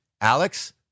Alex